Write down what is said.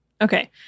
Okay